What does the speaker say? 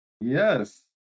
yes